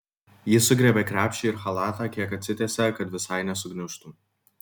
ji sugriebia krepšį ir chalatą kiek atsitiesia kad visai nesugniužtų